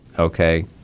Okay